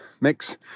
mix